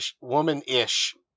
Woman-ish